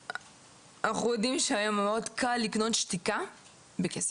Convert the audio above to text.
אנחנו יודעים שהיום מאוד קל לקנות שתיקה בכסף.